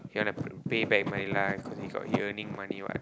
he wanna pay back my life cause he got he earning money what